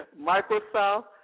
Microsoft